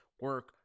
Work